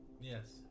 Yes